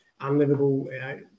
unlivable